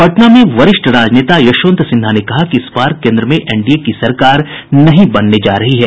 पटना में वरिष्ठ राजनेता यशवंत सिन्हा ने कहा कि इस बार केन्द्र में एनडीए की सरकार नहीं बनने जा रही है